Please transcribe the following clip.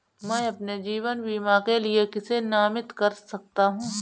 मैं अपने जीवन बीमा के लिए किसे नामित कर सकता हूं?